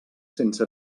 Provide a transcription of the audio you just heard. sense